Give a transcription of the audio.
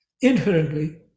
Inherently